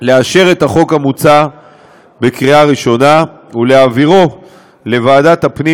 לאשר את החוק המוצע בקריאה ראשונה ולהעבירו לוועדת הפנים